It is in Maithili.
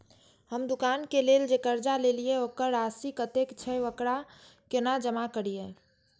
हम दुकान के लेल जे कर्जा लेलिए वकर राशि कतेक छे वकरा केना जमा करिए?